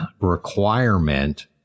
requirement